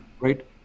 right